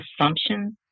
assumptions